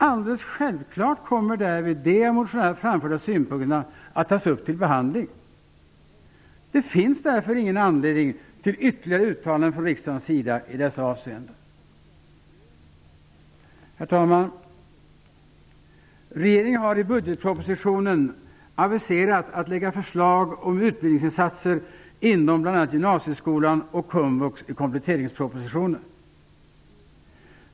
Alldeles självklart kommer därvid de av motionärerna framförda synpunkterna att tas upp till behandling. Det finns därför ingen anledning till ytterligare uttalanden från riksdagen i dessa avseenden. Herr talman! Regeringen har i budgetpropositionen aviserat att lägga förslag om utbildningsinsatser inom bl.a. gymnasieskolan och komvux i kompletteringspropositionen.